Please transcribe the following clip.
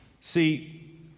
See